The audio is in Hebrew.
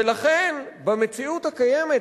ולכן במציאות הקיימת,